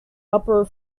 upper